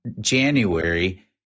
January